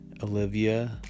Olivia